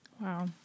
Wow